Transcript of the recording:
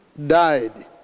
died